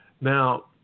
Now